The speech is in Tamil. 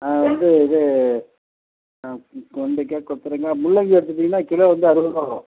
வந்து இது ஆ ம் கொண்டைக்காய் கொத்தரங்காய் முள்ளைங்கி எடுத்துட்டீங்கன்னா கிலோ வந்து அறுபது ருபா வரும்